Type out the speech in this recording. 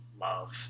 love